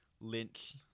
Lynch